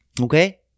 Okay